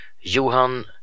Johan